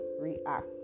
react